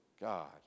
God